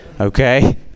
okay